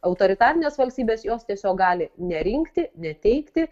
autoritarinės valstybės jos tiesiog gali nerinkti neteikti